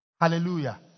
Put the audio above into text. Hallelujah